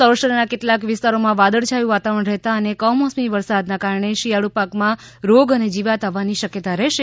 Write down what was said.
સૌરાષ્ટ્રનાં કેટલાંક વિસ્તારોમાં વાદળછાયું વાતાવરણ રહેતાં અને કમોસમી વરસાદના કારણે શિયાળુ પાકમાં રોગ અને જીવાત આવવાની શક્યતા રહેશે